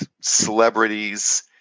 celebrities